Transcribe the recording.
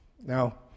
Now